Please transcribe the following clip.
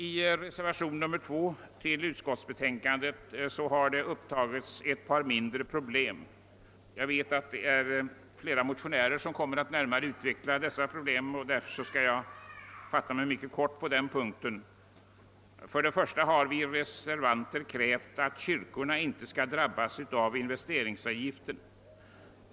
I reservationen 2 vid bevillningsutskottets betänkande nr 37 har ett par mindre problem upptagits till behandling. Jag vet att det är flera motionärer som kommer att utveckla dessa problem, och därför skall jag fatta mig mycket kort på denna punkt. Först och främst har vi reservanter krävt att byggandet av kyrkor inte skall drabbas av investeringsavgiften.